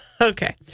Okay